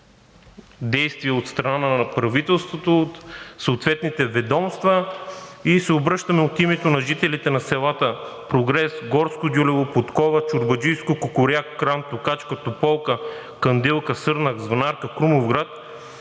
действия от страна на правителството, от съответните ведомства и се обръщаме от името на жителите на селата Прогрес, Горско Дюлево, Подкова, Чорбаджийско, Кукуряк, Кран, Токачка, Тополка, Кандилка, Сърнак, Звънарка, Крумовград